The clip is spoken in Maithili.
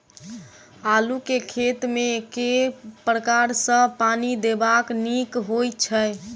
आलु केँ खेत मे केँ प्रकार सँ पानि देबाक नीक होइ छै?